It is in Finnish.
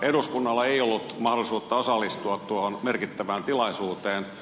eduskunnalla ei ollut mahdollisuutta osallistua tuohon merkittävään tilaisuuteen